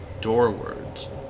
doorwards